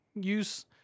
use